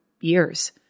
years